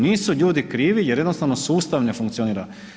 Nisu ljudi krivi jer jednostavno sustav ne funkcionira.